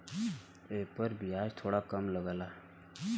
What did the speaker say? एपर बियाज थोड़ा कम लगला